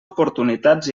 oportunitats